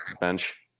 bench